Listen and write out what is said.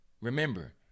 remember